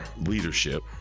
leadership